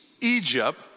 Egypt